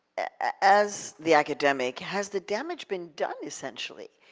as the academic, has the damage been done essentially?